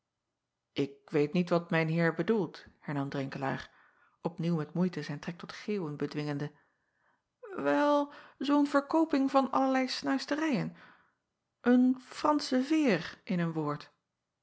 k weet niet wat mijn eer bedoelt hernam renkelaer opnieuw met moeite zijn trek tot geeuwen bedwingende el zoo n verkooping van allerlei snuisterijen een fransche veêr in een woord